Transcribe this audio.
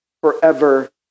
forever